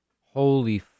holy